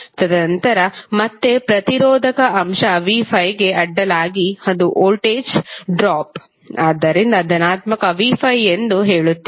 ತದನಂತರ ಮತ್ತೆ ಪ್ರತಿರೋಧಕ ಅಂಶ v5 ಅಡ್ಡಲಾಗಿ ಅದು ವೋಲ್ಟೇಜ್ ಡ್ರಾಪ್ ಆದ್ದರಿಂದ ಧನಾತ್ಮಕ v5 ಎಂದು ಹೇಳುತ್ತೇವೆ